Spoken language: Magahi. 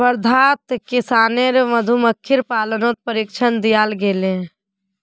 वर्धाक किसानेर मधुमक्खीर पालनत प्रशिक्षण दियाल गेल